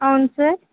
అవును సార్